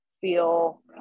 feel